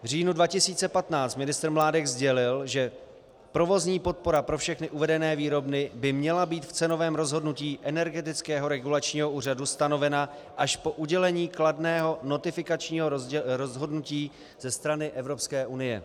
V říjnu 2015 ministr Mládek sdělil, že provozní podpora pro všechny uvedené výrobny by měla být v cenovém rozhodnutí Energetického regulačního úřadu stanovena až po udělení kladného notifikačního rozhodnutí ze strany Evropské unie.